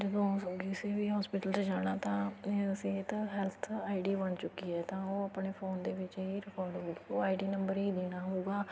ਜਦੋਂ ਕਿਸੇ ਵੀ ਹੋਸਪਿਟਲ 'ਚ ਜਾਣਾ ਤਾਂ ਸਿਹਤ ਹੈਲਥ ਆਈਡੀ ਬਣ ਚੁੱਕੀ ਹੈ ਤਾਂ ਉਹ ਆਪਣੇ ਫੋਨ ਦੇ ਵਿੱਚ ਇਹ ਰਿਕਾਰਡ ਓਹ ਆਈਡੀ ਨੰਬਰ ਹੀ ਦੇਣਾ ਹੋਊਗਾ